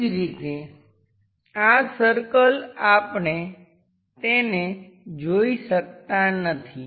એ જ રીતે આ સર્કલ આપણે તેને જોઈ શકતા નથી